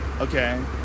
okay